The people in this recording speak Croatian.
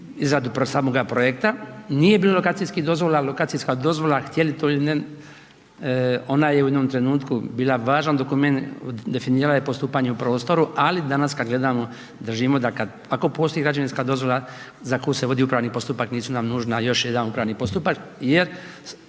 izradu samoga projekta. Nije bilo lokacijskih dozvola, lokacijska dozvola, htjeli to ili ne ona je u jednom trenutku bila važan dokument, definirala je postupanje u prostoru. Ali danas kad gledamo držimo da kad, ako postoji građevinska dozvola za koju se vodi upravni postupak nije nam nužan još jedan upravni postupak jer